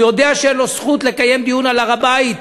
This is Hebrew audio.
הוא יודע שאין לו זכות לקיים דיון על הר-הבית,